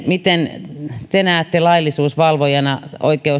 miten te näette laillisuusvalvojana